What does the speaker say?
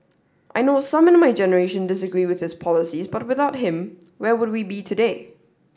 I know some in my generation disagree with his policies but without him where would we be today